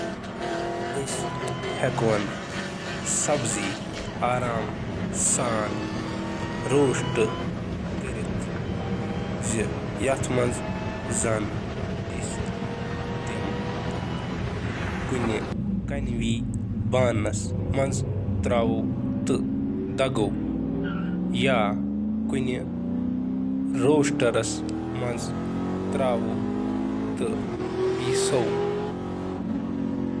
وَضاحَت کٔرِو زِ تندورَس منٛز کِتھ کٔنۍ ہٮ۪کَو سبزی تُلِتھ۔